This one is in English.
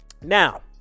Now